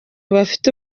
bafite